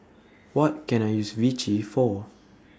What Can I use Vichy For